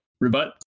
rebut